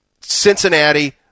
Cincinnati